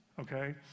okay